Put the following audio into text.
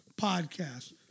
podcast